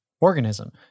organism